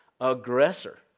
aggressor